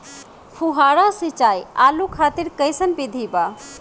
फुहारा सिंचाई आलू खातिर कइसन विधि बा?